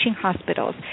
hospitals